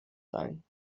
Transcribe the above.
sein